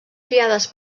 creades